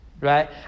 right